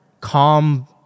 calm